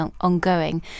ongoing